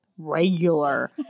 regular